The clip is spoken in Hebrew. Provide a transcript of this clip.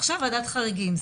עכשיו בוועדת חריגים.